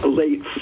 late